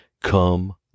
come